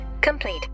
complete